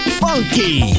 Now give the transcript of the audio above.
funky